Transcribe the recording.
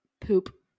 poop